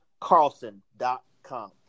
Carlson.com